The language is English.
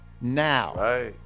now